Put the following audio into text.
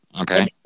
Okay